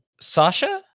Sasha